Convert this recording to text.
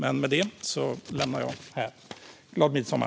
Glad midsommar!